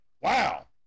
Wow